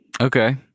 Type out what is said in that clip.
Okay